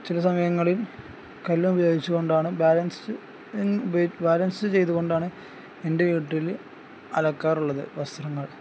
ചില സമയങ്ങളിൽ കല്ലും ഉപയോഗിച്ചു കൊണ്ടാണ് ബാലൻസ്ഡ ഉപയോഗം ബാലൻസ്ഡ ചെയ്തുകൊണ്ടാണ് എൻ്റെ വീട്ടിൽ അലക്കാറുള്ളത് വസ്ത്രങ്ങൾ